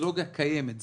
הטכנולוגיה קיימת.